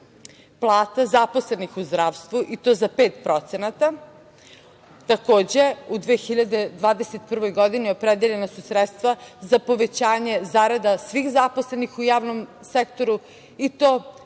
plata zaposlenih u zdravstvu i to za 5%. Takođe, u 2021. godini, opredeljena su sredstva za povećanje zarada svih zaposlenih u javnom sektoru i to 3,5% počev